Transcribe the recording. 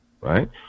right